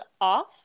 off